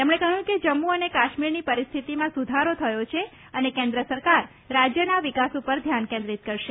તેમણે કહ્યું કે જમ્મુ અને કાશ્મીરની પરિસ્થિતિમાં સુધારો થયો છે અને કેન્દ્ર સરકાર રાજ્યના વિકાસ ઉપર ધ્યાન કેન્દ્રિત કરશે